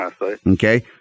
Okay